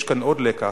יש כאן עוד לקח,